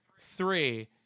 Three